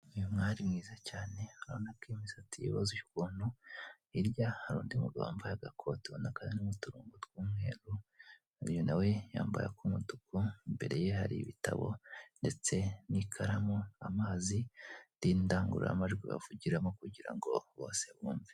Nk'uko bigaragara uyu ni umuhanda ni amasaha ya nijoro, urimo ibinyabiziga bigiye bitandukanye, byose byamaze kwatsa amatara yabyo, kimwe muri ibyo binyabiziga ni imodoka y'umweru bigaragare ko ihagazeho umugabo wambaye akantu k'icyatsi.